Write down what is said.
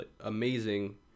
amazing